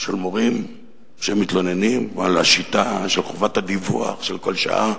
של מורים על השיטה של חובת הדיווח על כל שעה,